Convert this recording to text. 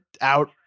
out